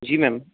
जी ma'am